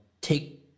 take